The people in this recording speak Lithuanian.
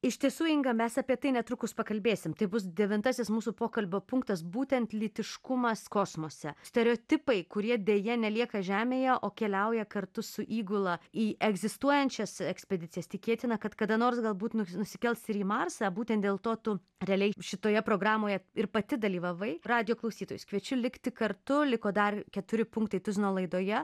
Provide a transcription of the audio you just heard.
iš tiesų inga mes apie tai netrukus pakalbėsim tai bus devintasis mūsų pokalbio punktas būtent lytiškumas kosmose stereotipai kurie deja nelieka žemėje o keliauja kartu su įgula į egzistuojančias ekspedicijas tikėtina kad kada nors galbūt nusikels ir į marsą būtent dėl to tu realiai šitoje programoje ir pati dalyvavai radijo klausytojus kviečiu likti kartu liko dar keturi punktai tuzino laidoje